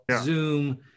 Zoom